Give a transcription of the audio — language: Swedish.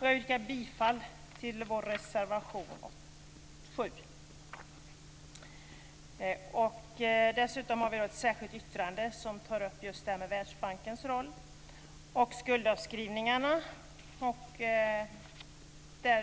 Jag yrkar bifall till vår reservation 7. Dessutom har vi ett särskilt yttrande som tar upp Världsbankens roll och skuldavskrivningarna.